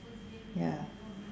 ya